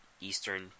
Eastern